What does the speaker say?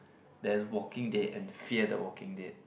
there's Walking Dead and fear the Walking Dead